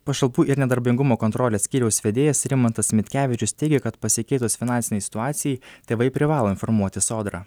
pašalpų ir nedarbingumo kontrolės skyriaus vedėjas rimantas mitkevičius teigia kad pasikeitus finansinei situacijai tėvai privalo informuoti sodrą